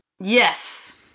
Yes